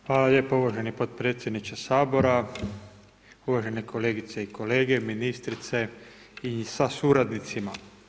Hvala lijepo uvaženi potpredsjedniče Sabora, uvažene kolegice i kolege, ministrice sa suradnicima.